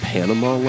Panama